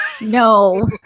No